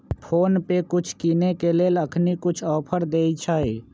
PhonePe कुछ किनेय के लेल अखनी कुछ ऑफर देँइ छइ